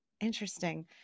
Interesting